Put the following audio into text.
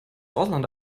ausland